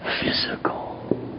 physical